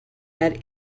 had